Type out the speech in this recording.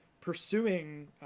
pursuing